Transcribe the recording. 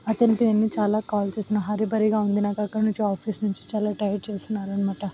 అతనికి నేను చాలా కాల్ చేసిన హరీ బరీగా ఉంది నాకు అక్కడి నుంచి ఆఫీస్ నుంచి చాలా టైట్ చేస్తున్నారు అన్నమాట